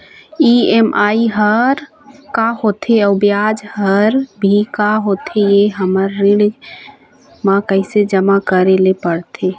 EMI हर का होथे अऊ ब्याज हर भी का होथे ये हर हमर ऋण मा कैसे जमा करे ले पड़ते?